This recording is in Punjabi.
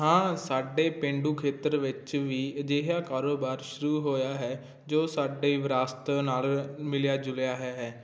ਹਾਂ ਸਾਡੇ ਪੇਂਡੂ ਖੇਤਰ ਵਿੱਚ ਵੀ ਅਜਿਹਾ ਕਾਰੋਬਾਰ ਸ਼ੁਰੂ ਹੋਇਆ ਹੈ ਜੋ ਸਾਡੇ ਵਿਰਾਸਤ ਨਾਲ ਮਿਲਿਆ ਜੁਲਿਆ ਹੈ